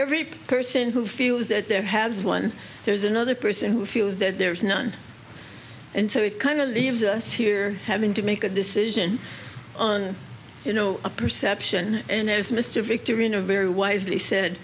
every person who feels that there has one there's another person who feels that there is none and so it kind of leaves us here having to make a decision you know a perception and as mr victorian a very wisely said